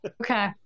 Okay